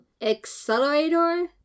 Accelerator